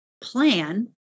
plan